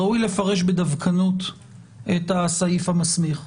ראוי לפרש בדווקנות את הסעיף המסמיך.